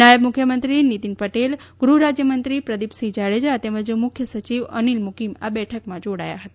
નાયબ મુખ્યમંત્રી શ્રી નિતીન પટેલ ગૃહ રાજ્ય મંત્રી શ્રી પ્રદીપસિંહ જાડેજા તેમજ મુખ્ય સયિવ શ્રી અનિલ મુકીમ આ બેઠકમાં જોડાયા હતા